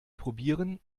probieren